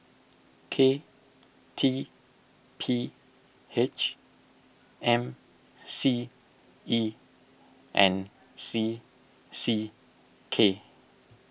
K T P H M C E and C C K